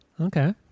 Okay